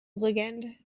ligand